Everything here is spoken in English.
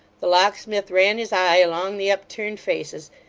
the locksmith ran his eye along the upturned faces,